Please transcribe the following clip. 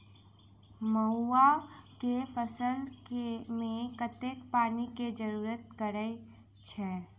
मड़ुआ केँ फसल मे कतेक पानि केँ जरूरत परै छैय?